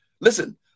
Listen